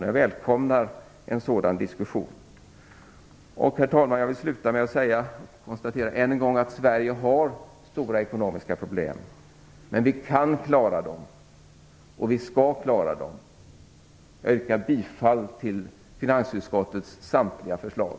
Jag välkomnar en sådan diskussion. Herr talman! Jag vill sluta med att än en gång konstatera att Sverige har stora ekonomiska problem. Men vi kan klara dem, och vi skall klara dem. Jag yrkar bifall till finansutskottets samtliga förslag.